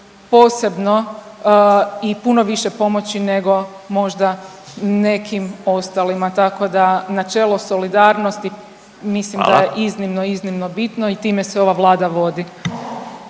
posebno i puno više pomoći nego možda nekim ostalima. Tako da, načelo solidarnosti, mislim da je iznimno, iznimno bitno i time se ova Vlada vodi.